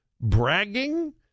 bragging